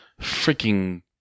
freaking